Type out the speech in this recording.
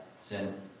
sin